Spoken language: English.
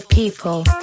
people